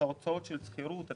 הוצאות שכירות,